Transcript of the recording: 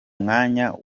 mwanya